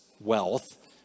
wealth